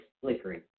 flickering